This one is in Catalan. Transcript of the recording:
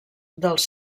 dels